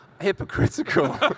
hypocritical